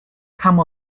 come